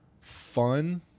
fun